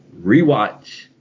rewatch